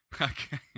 Okay